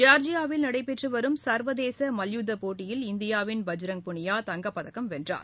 ஜார்ஜியாவில் நடைபெற்றுவரும் சா்வதேசமல்யுத்தப் போட்டியில் இந்தியாவின் பஜ்ரங் புனியா தங்கப்பதக்கம் வென்றுள்ளார்